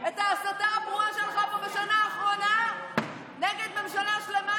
להמשיך את ההסתה הברורה שלך פה בשנה האחרונה נגד ממשלה שלמה,